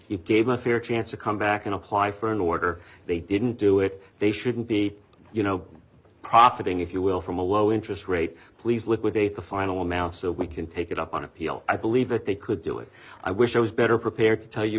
he gave a fair chance to come back and apply for an order they didn't do it they shouldn't be you know profiting if you will from a low interest rate please liquidate the final now so we can take it up on appeal i believe that they could do it i wish i was better prepared to tell you